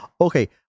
okay